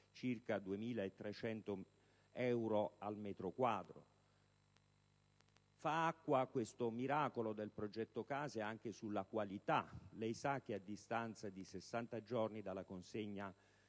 circa 2.300 euro al metro quadro. Fa acqua il miracolo del progetto C.A.S.E. anche sulla qualità. A distanza di 60 giorni dalla consegna